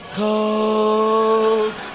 cold